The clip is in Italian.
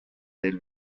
del